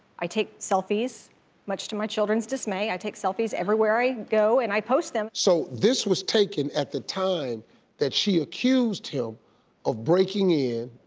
i take selfies much to my children's dismay, i take selfies everywhere i go and i post them. so, this was taken at the time that she accused him of breaking in.